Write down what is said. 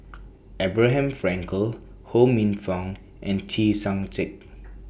Abraham Frankel Ho Minfong and